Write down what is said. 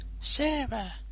Sarah